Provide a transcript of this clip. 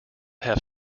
have